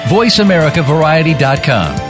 VoiceAmericaVariety.com